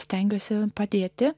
stengiuosi padėti